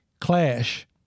Clash